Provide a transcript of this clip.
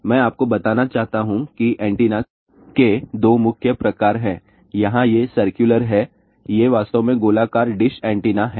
मैं आपको बताना चाहता हूं कि एंटीना के दो मुख्य प्रकार हैं यहाँ ये सर्कुलर हैं ये वास्तव में गोलाकार डिश एंटीना हैं